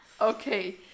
Okay